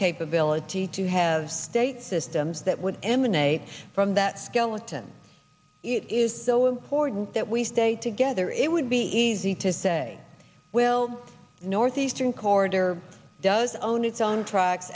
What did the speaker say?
capability to have state systems that would emanate from that skeleton it is so important that we stay together it would be easy to say well northeastern corridor does own its own tracks